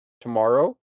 tomorrow